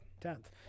Tenth